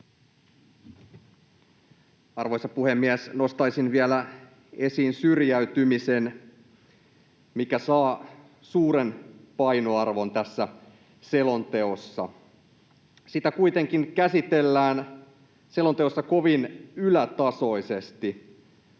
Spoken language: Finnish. Arvoisa puhemies! Nostaisin vielä esiin syrjäytymisen, mikä saa suuren painoarvon tässä selonteossa. Sitä kuitenkin käsitellään selonteossa kovin ylätasoisesti.